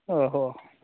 आहो